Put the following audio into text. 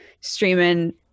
streaming